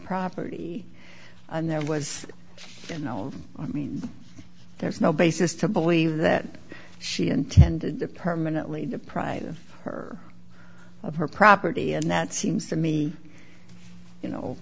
property and there was a no i mean there's no basis to believe that she intended to permanently deprive her of her property and that seems to me you know